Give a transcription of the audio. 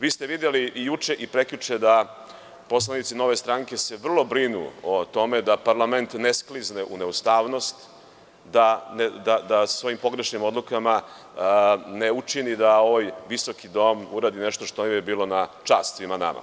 Videli ste i juče i preključe da se poslanici Nove stranke vrlo brinu o tome da parlament ne sklizne u neustavnost, da svojim pogrešnim odlukama ne učini da ovaj visoki dom uradi nešto što je bilo na čast svima nama.